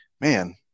man